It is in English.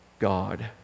God